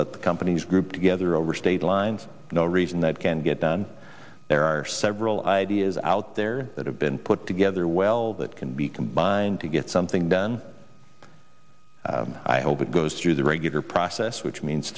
let the companies group together over state lines no reason it can get done there are several ideas out there that have been put together well that can be combined to get something done i hope it goes through the regular process which means